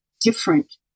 different